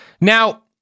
Now